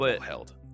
held